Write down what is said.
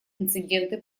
инциденты